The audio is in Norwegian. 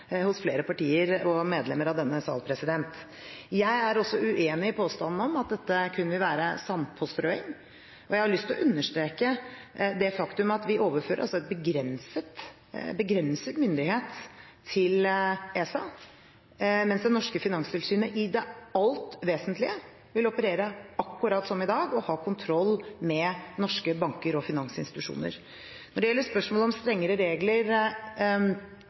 hos flere partier og medlemmer av denne sal. Jeg er også uenig i påstanden om at dette kun vil være sandpåstrøing, og jeg har lyst til å understreke det faktum at vi overfører altså begrenset myndighet til ESA, mens det norske finanstilsynet i det alt vesentlige vil operere akkurat som i dag og ha kontroll med norske banker og finansinstitusjoner. Når det gjelder spørsmålet om strengere regler,